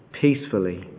peacefully